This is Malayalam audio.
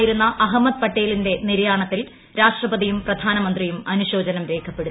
രാജ്യസഭാംഗമായിരുന്ന അഹമ്മദ് പട്ടേലിന്റെ നിര്യാണത്തിൽ രാഷ്ട്രപതിയും പ്രധാനമന്ത്രിയും അനുശോചനം രേഖപ്പെടുത്തി